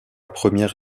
première